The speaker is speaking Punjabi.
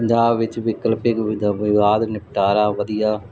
ਪੰਜਾਬ ਵਿੱਚ ਵਿਕਲਪਿਕ ਦਾ ਵਿਵਾਦ ਨਿਪਟਾਰਾ ਵਧੀਆ